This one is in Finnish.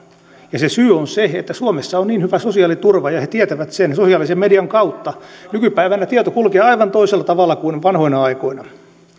ja se syy on se että suomessa on niin hyvä sosiaaliturva ja he tietävät sen sosiaalisen median kautta nykypäivänä tieto kulkee aivan toisella tavalla kuin vanhoina aikoina